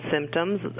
symptoms